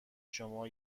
شما